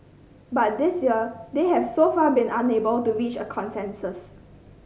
but this year they have so far been unable to reach a consensus